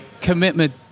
commitment